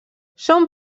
són